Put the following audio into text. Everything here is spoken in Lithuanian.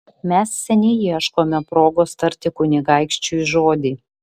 mes seniai ieškome progos tarti kunigaikščiui žodį